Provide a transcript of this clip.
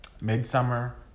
Midsummer